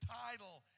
title